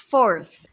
Fourth